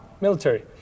Military